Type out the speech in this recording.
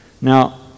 Now